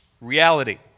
reality